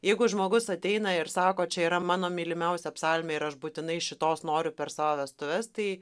jeigu žmogus ateina ir sako čia yra mano mylimiausia psalmė ir aš būtinai šitos noriu per savo vestuves tai